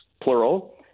plural